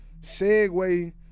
segue